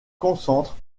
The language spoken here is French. concentre